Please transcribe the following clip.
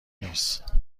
نیست